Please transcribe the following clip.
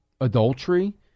adultery